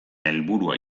helburua